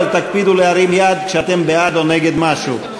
אבל תקפידו להרים יד כשאתן בעד או נגד משהו.